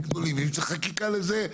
אם צריך חקיקה לזה,